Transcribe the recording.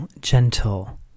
gentle